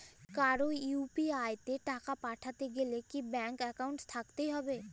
কারো ইউ.পি.আই তে টাকা পাঠাতে গেলে কি ব্যাংক একাউন্ট থাকতেই হবে?